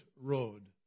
road